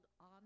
on